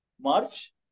March